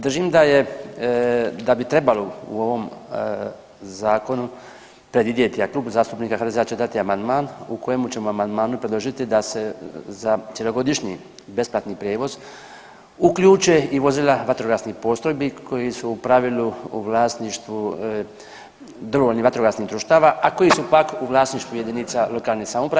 Držim da bi trebalo u ovom zakonu predvidjeti, a Klub zastupnika HDZ-a će dati amandman u kojem ćemo amandmanu predložiti da se za cjelogodišnji besplatni prijevoz uključe i vozila vatrogasnih postrojbi koji su u pravilu u vlasništvu dobrovoljnih vatrogasnih društava, a koji su pak u vlasništvu jedinice lokalne samouprave.